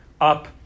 up